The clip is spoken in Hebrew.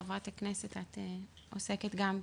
חברת הכנסת, את עוסקת גם בזה.